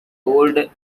old